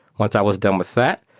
once i was done with that,